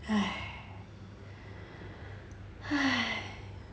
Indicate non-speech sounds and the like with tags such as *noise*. *breath*